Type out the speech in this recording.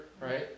Right